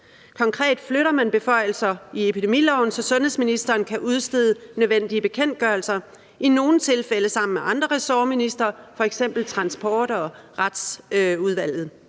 Konkret flytter man beføjelser i epidemiloven, så sundhedsministeren kan udstede nødvendige bekendtgørelser – i nogle tilfælde sammen med andre ressortministre, f.eks. transportministeren